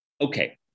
Okay